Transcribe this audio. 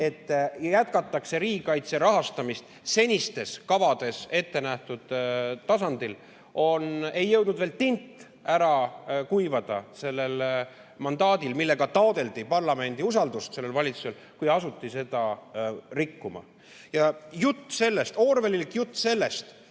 et jätkatakse riigikaitse rahastamist senistes kavades ettenähtud tasandil. Ei jõudnud veel tint ära kuivada sellel mandaadil, millega taotleti parlamendi usaldust sellele valitsusele, kui asuti seda rikkuma. Jutt sellest, orwellilik jutt sellest,